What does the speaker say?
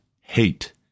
hate